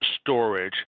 storage